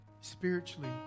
spiritually